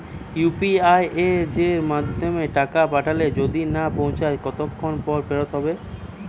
UPI য়ের মাধ্যমে টাকা পাঠালে যদি না পৌছায় কতক্ষন পর ফেরত হবে?